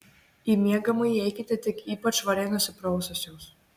į miegamąjį eikite tik ypač švariai nusipraususios